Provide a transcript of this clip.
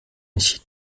ich